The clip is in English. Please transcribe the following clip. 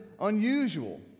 unusual